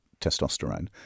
testosterone